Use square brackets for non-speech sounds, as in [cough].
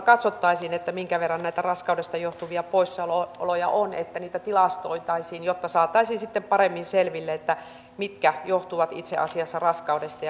[unintelligible] katsottaisiin minkä verran näitä raskaudesta johtuvia poissaoloja on että niitä tilastoitaisiin jotta saataisiin sitten paremmin selville mitkä johtuvat itse asiassa raskaudesta [unintelligible]